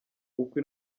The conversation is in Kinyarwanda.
uko